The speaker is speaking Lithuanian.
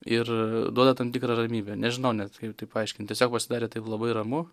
ir duoda tam tikrą ramybę nežinau net kaip tai paaiškint tiesiog pasidarė taip labai ramu